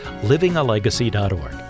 livingalegacy.org